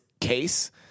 case